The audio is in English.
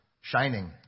shining